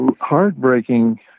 heartbreaking